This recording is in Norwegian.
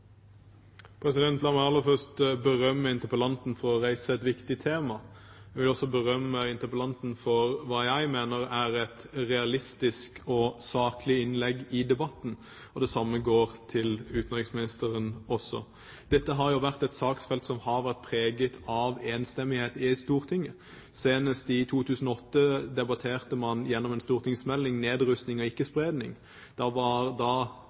La meg aller først berømme interpellanten for å reise et viktig tema. Jeg vil også berømme interpellanten for det jeg mener er et realistisk og saklig innlegg i debatten. Det samme gjelder utenriksministeren. Dette har vært et saksfelt som har vært preget av enstemmighet i Stortinget. Senest i 2008 debatterte man nedrustning og ikke-spredning på bakgrunn av en stortingsmelding. Det var da